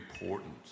important